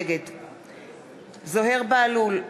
נגד זוהיר בהלול,